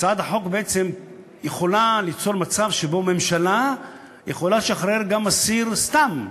הצעת החוק בעצם יכולה ליצור מצב שבו ממשלה יכולה לשחרר גם אסיר סתם,